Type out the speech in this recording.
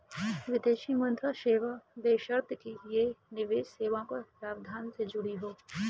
विदेशी मुद्रा सेवा बशर्ते कि ये निवेश सेवाओं के प्रावधान से जुड़ी हों